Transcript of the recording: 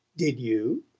did you?